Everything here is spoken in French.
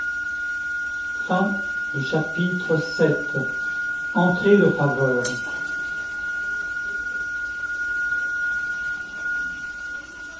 chapitre viii entrée de faveur